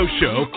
show